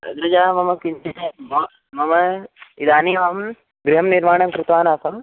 तदृजा मम किञ्चित् मम इदानीमहं गृहं निर्माणं कृतवान् आसम्